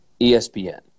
ESPN